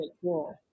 cool